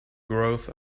growth